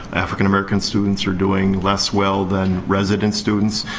african american students, are doing less well than resident students?